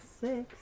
six